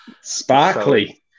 sparkly